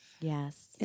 Yes